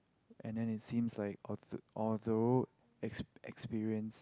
and than it seems like although although ex~ experience